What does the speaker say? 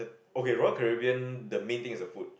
okay Royal-Caribbean the main thing is the food